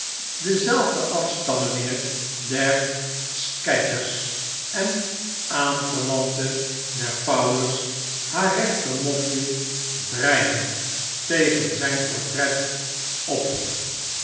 dezelfde afstammelinge der scadgers en aanverwante der powler's haar rechtermofje dreigend tegen zijn portret ophief